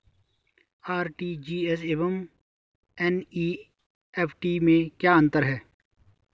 RTGS एवं NEFT में क्या अंतर है?